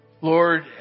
Lord